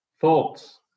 thoughts